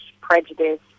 prejudice